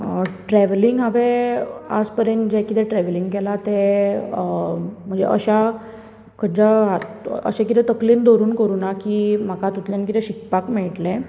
travelling हांवें आयज पर्यान जें कितें ट्रॅवलिंग केलां तें म्हणजे अश्या खंयच्या अशें कितें तकलेंत धरून करुना की म्हाका हातूंतल्यान कितें शिकपाक मेळटलें